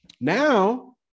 Now